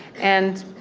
and,